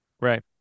Right